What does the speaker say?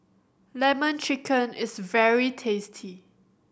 Lemon Chicken is very tasty